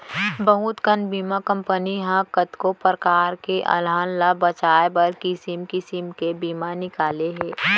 बहुत कन बीमा कंपनी ह कतको परकार के अलहन ल बचाए बर किसिम किसिम के बीमा निकाले हे